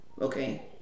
Okay